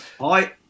Hi